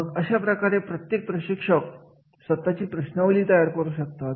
मग अशा प्रकारे प्रत्येक प्रशिक्षक स्वतःची प्रश्नावली तयार करू शकतात